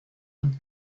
und